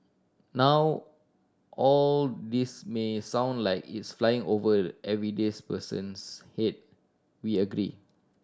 now all this may sound like it's flying over everyday's person's head we agree